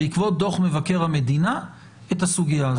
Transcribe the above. בעקבות דוח מבקר המדינה, את הסוגיה הזאת.